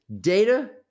data